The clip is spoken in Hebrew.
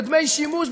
בדמי שימוש,